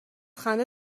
خنده